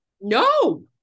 No